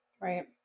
Right